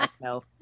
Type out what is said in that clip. no